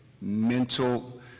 mental